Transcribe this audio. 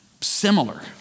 similar